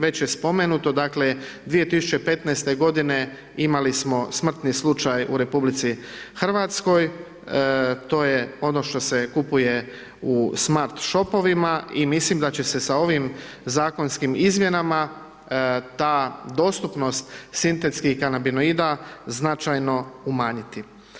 Već je spomenuto, dakle, 2015.-te godine imali smo smrtni slučaj u RH, to je ono što se kupuje u smart šopovima i mislim da će se sa ovim zakonskim izmjenama ta dostupnost sintetskih kanabinoida značajno umanjiti.